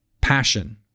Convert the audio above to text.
Passion